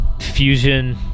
fusion